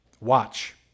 Watch